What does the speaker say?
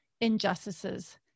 injustices